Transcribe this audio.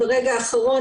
ברגע האחרון.